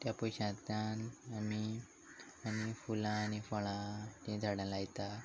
त्या पयशांतल्यान आमी आनी फुलां आनी फळां तीं झाडां लायता